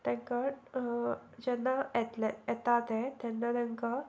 तांकां जेन्ना येतले येता तें तेन्ना तांकां